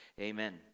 Amen